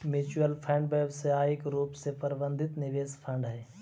mutual fund व्यावसायिक रूप से प्रबंधित निवेश फंड हई